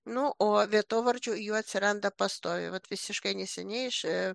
nu o vietovardžių jų atsiranda pastojo vat visiškai neseniai iš